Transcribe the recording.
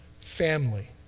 family